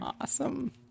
Awesome